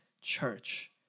church